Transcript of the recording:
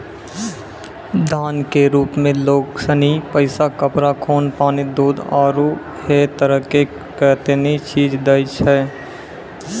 दान के रुप मे लोग सनी पैसा, कपड़ा, खून, पानी, दूध, आरु है तरह के कतेनी चीज दैय छै